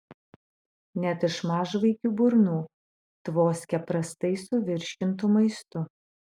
net iš mažvaikių burnų tvoskia prastai suvirškintu maistu